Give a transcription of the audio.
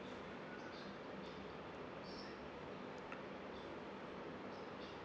um